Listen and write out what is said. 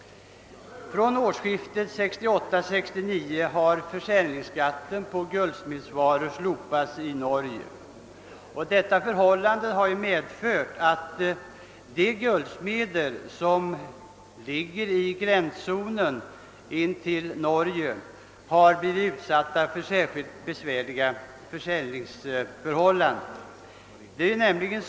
Från och med årsskiftet 1968—1969 har försäljningsskatten på guldsmedsvaror avvecklats i Norge. Detta har medfört betydande svårigheter för guldsmederna i gränstrakterna till Norge.